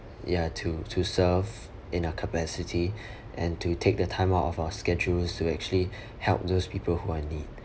ya to to serve in our capacity and to take the time out of our schedules to actually help those people who are in need